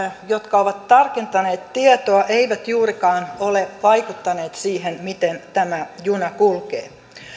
jotka ovat tarkentaneet tietoa eivät juurikaan ole vaikuttaneet siihen miten tämä juna kulkee